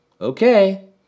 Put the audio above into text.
Okay